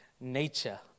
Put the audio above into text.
nature